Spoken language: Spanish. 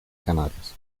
canarias